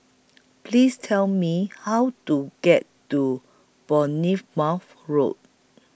Please Tell Me How to get to Bournemouth Road